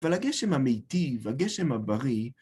אבל הגשם האמיתי והגשם הבריא